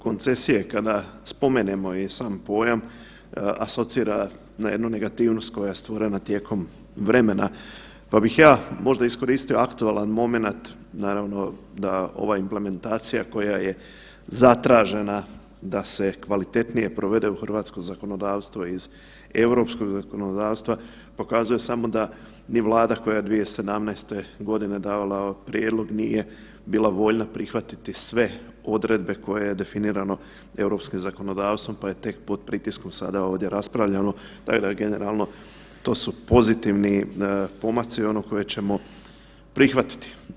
koncesije kada spomenemo i sam pojam asocira na jednu negativnost koja je stvorena tijekom vremena, pa bih ja možda iskoristio aktualan momenat naravno da ova implementacija koja je zatražena da se kvalitetnije provede u hrvatsko zakonodavstvo iz europskog zakonodavstva pokazuje samo da ni vlada koja je 2017. godine davala prijedlog nije bila voljna prihvatiti sve odredbe koje je definirano europskim zakonodavstvom pa je tek pod pritiskom sada ovdje raspravljano, … generalno to su pozitivni pomaci koje ćemo prihvatiti.